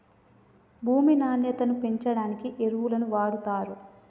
భూమి నాణ్యతను పెంచడానికి ఎరువులను వాడుతారు